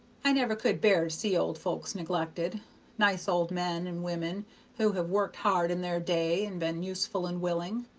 i never could bear to see old folks neglected nice old men and women who have worked hard in their day and been useful and willin'.